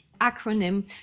acronym